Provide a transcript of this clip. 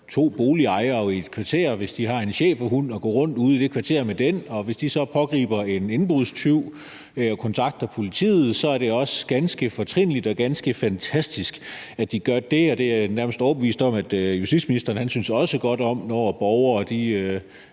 to boligejere i et kvarter, hvis de har en schæferhund, at gå rundt ude i det kvarter med den, og hvis de så pågriber en indbrudstyv og kontakter politiet, er det også ganske fortrinligt og ganske fantastisk, at de gør det. Jeg er nærmest overbevist om, at justitsministeren også synes godt om det, når borgere